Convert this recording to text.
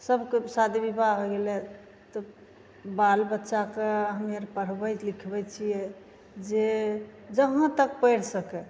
सभके शादी विवाह होइ गेलै तऽ बाल बच्चाके हमे आर पढ़बै लिखबै छिए जे जहाँ तक पढ़ि सकै